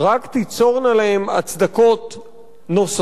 רק תיצור להן הצדקות נוספות,